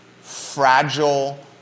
fragile